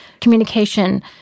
communication